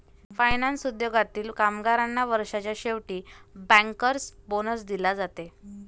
finance उद्योगातील कामगारांना वर्षाच्या शेवटी बँकर्स बोनस दिला जाते